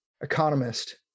economist